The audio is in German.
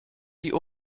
die